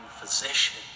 physician